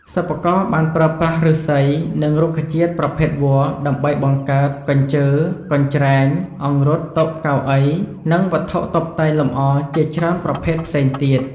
សិប្បករបានប្រើប្រាស់ឫស្សី និងរុក្ខជាតិប្រភេទវល្លិដើម្បីបង្កើត កញ្ជើ កញ្ច្រែង អង្រុត តុ កៅអី និងវត្ថុតុបតែងលម្អជាច្រើនប្រភេទផ្សេងទៀត។